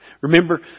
Remember